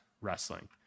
wrestling